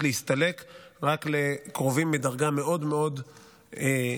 להסתלק רק לקרובים מדרגה מאוד מאוד קרובה,